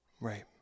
Right